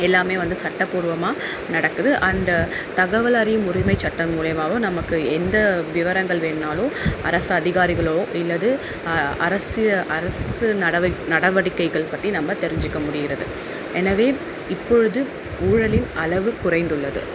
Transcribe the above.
எல்லாமே வந்து சட்டபூர்வமாக நடக்குது அண்டு தகவல் அறியும் உரிமை சட்டம் மூலமாவும் நமக்கு எந்த விவரங்கள் வேணுனாலும் அரசு அதிகாரிகளோ அல்லது அ அரசிய அரசு நடவடி நடவடிக்கைகள் பற்றி நம்ம தெரிஞ்சிக்க முடிகிறது எனவே இப்பொழுது ஊழலின் அளவு குறைந்துள்ளது